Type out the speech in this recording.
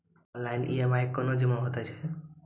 Online EMI कूना जमा हेतु छै?